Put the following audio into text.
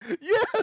yes